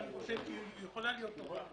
ואני חושב שהיא יכולה להיות טובה.